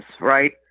right